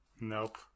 Nope